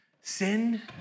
sin